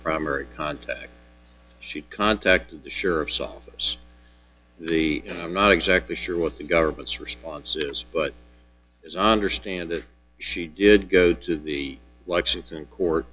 primary contact she contacted the sheriff's office the and i'm not exactly sure what the government's response is but as i understand it she did go to the likes it's in court